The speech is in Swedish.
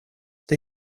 det